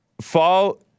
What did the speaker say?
Fall